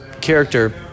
character